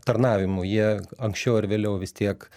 tarnavimu jie anksčiau ar vėliau vis tiek